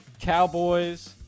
Cowboys